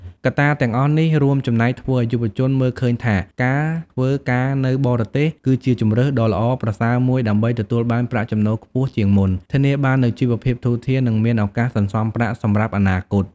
កត្តាទាំងអស់នេះរួមចំណែកធ្វើឱ្យយុវជនមើលឃើញថា ការធ្វើការនៅបរទេសគឺជាជម្រើសដ៏ល្អប្រសើរមួយដើម្បីទទួលបានប្រាក់ចំណូលខ្ពស់ជាងមុន ធានាបាននូវជីវភាពធូរធារ និងមានឱកាសសន្សំប្រាក់សម្រាប់អនាគត។